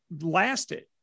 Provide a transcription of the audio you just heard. lasted